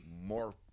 more